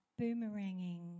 boomeranging